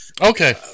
okay